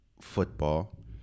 football